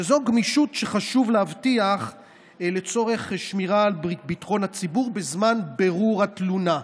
שזו גמישות שחשובה להבטחת שמירה על ביטחון הציבור בזמן בירור התלונה,